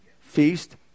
Feast